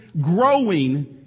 growing